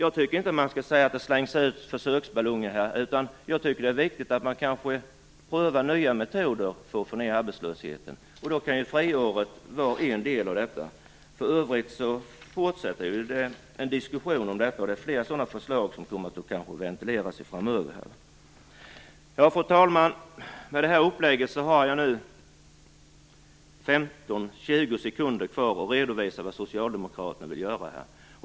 Jag tycker inte att man skall säga att det slängs upp försöksballonger. Jag tycker att det är viktigt att man prövar nya metoder för att få ned arbetslösheten, och då kan friåret vara en av dem. För övrigt fortsätter vi diskussionen om detta, och det finns flera förslag som kanske kommer att ventileras framöver här. Fru talman! Med detta upplägg har jag nu 15-20 sekunder kvar att redovisa vad Socialdemokraterna vill göra.